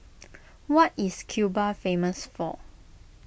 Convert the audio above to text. what Is Cuba famous for